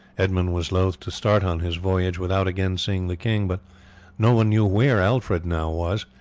edmund was loath to start on his voyage without again seeing the king, but no one knew where alfred now was,